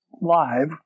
live